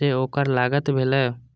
से ओकर लागत भेलै